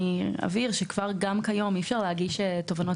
אני אבהיר שגם היום אי-אפשר להגיש תובענות